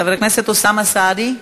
חבר הכנסת אוסאמה סעדי.